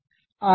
ಆಯಿತು